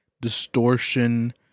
distortion